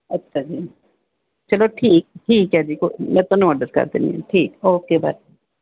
ਅੱਛਾ ਜੀ ਚਲੋ ਠੀਕ ਠੀਕ ਹੈ ਜੀ ਮੈਂ ਤੁਹਾਨੂੰ ਆਡਰ ਕਰ ਦਿੰਦੀ ਹਾਂ ਠੀਕ ਓਕੇ ਬਾਏ